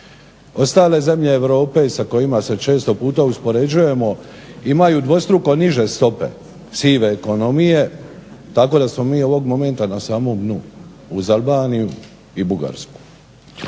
Ostale zemlje Europe sa kojima se često puta uspoređujemo imaju dvostruko niže stope sive ekonomije tako da smo mi ovog momenta na samom dnu, uz Albaniju i Bugarsku.